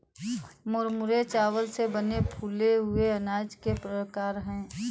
मुरमुरे चावल से बने फूले हुए अनाज के प्रकार है